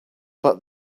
but